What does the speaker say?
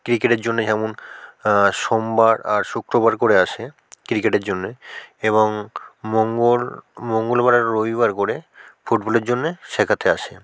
ক্রিকেটের জন্যে যেমন সোমবার আর শুক্রবার করে আসে ক্রিকেটের জন্যে এবং মঙ্গল মঙ্গলবার আর রবিবার করে ফুটবলের জন্যে শেখাতে আসে